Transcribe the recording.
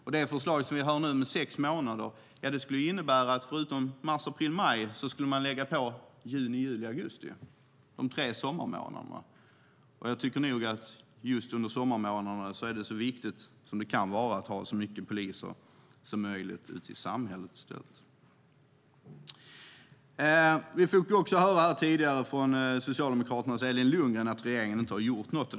Det förslag som vi har nu om sex månader skulle innebära att man förutom mars, april och maj skulle lägga till juni, juli och augusti, de tre sommarmånaderna. Just under sommarmånaderna tycker jag att det är så viktigt som det kan vara att ha så många poliser som möjligt ute i samhället i stället. Vi fick tidigare från Socialdemokraternas Elin Lundgren höra att regeringen inte har gjort någonting.